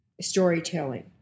storytelling